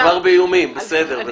את כבר באיומים, בסדר.